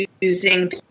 using